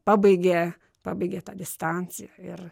pabaigė pabaigė tą distanciją ir